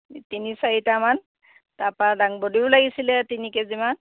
তিনি চাৰিটামান তাৰপৰা দাং ব'ডিও লাগিছিলে তিনি কেজিমান